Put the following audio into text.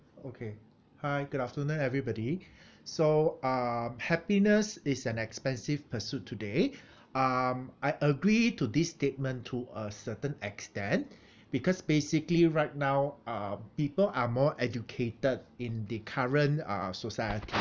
okay hi good afternoon everybody so uh happiness is an expensive pursuit today um I agree to this statement to a certain extent because basically right now uh people are more educated in the current uh societ~